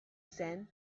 sand